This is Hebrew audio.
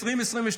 2022,